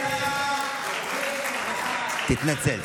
תתנצל.